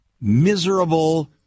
miserable